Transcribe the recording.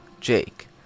Jake